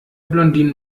blondinen